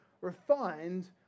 refined